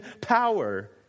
power